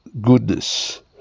goodness